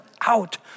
out